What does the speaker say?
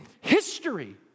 history